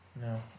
No